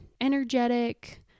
energetic